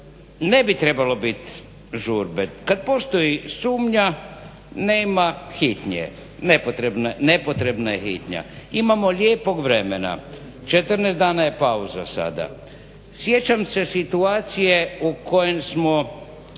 Ne bi trebalo biti žurbe. Kada postoji sumnja nema hitnje, nepotrebna je hitnja. Imamo lijepog vremena 14 dana je pauza sada. sjećam se situacije u kojem smo